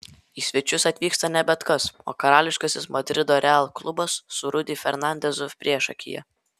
į svečius atvyksta ne bet kas o karališkasis madrido real klubas su rudy fernandezu priešakyje